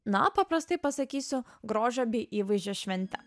na paprastai pasakysiu grožio bei įvaizdžio švente